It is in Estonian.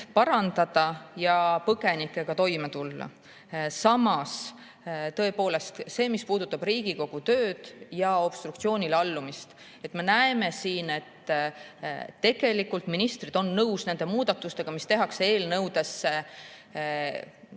parandada ja põgenikega toime tulla. Samas see, mis puudutab Riigikogu tööd ja obstruktsioonile allumist – me näeme, et tegelikult ministrid on nõus nende muudatustega, mis tehakse eelnõudesse,